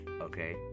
okay